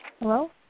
Hello